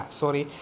sorry